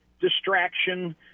distraction